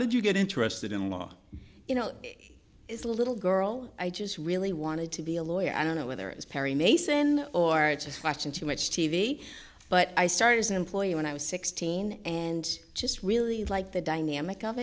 did you get interested in law you know is a little girl i just really wanted to be a lawyer i don't know whether it was perry mason or just watching too much t v but i started as an employee when i was sixteen and just really like the dynamic of